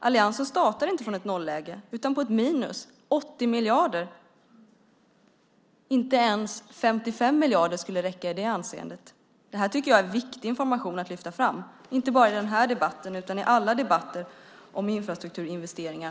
Alliansen startar alltså inte från ett nolläge utan på ett minus - 80 miljarder. Inte ens 55 miljarder skulle räcka i det hänseendet. Det tycker jag är viktig information att lyfta fram, inte bara i den här debatten utan i alla debatter om infrastrukturinvesteringar.